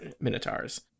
minotaurs